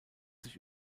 sich